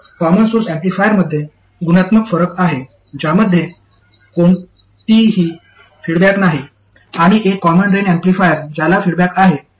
तर common source ऍम्प्लिफायरमध्ये गुणात्मक फरक आहे ज्यामध्ये कोणताही फीडबॅक नाही आणि एक कॉमन ड्रेन एम्पलीफायर ज्याला फीडबॅक आहे